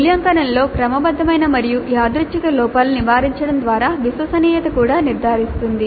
మూల్యాంకనంలో క్రమబద్ధమైన మరియు యాదృచ్ఛిక లోపాలను నివారించడం ద్వారా విశ్వసనీయత కూడా నిర్ధారిస్తుంది